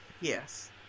Yes